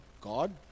God